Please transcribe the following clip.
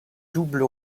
double